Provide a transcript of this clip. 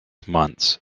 months